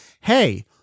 hey